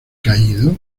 caído